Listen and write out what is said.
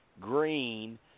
Green